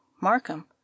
Markham